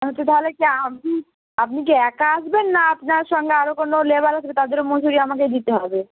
আচ্ছা তাহলে কি আপনি আপনি কি একা আসবেন না আপনার সঙ্গে আরও কোনো লেবার আসবে তাদেরও মজুরি আমাকেই দিতে হবে